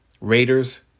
Raiders